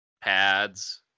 pads